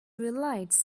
relates